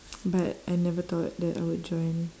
but I never thought that I would join